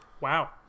Wow